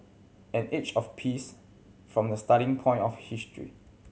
an age of peace from the starting point of history